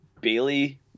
Bailey